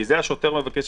כי השוטר מבקש,